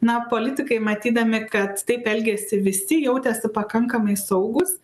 na politikai matydami kad taip elgiasi visi jautėsi pakankamai saugūs